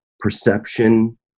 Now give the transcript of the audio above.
Perception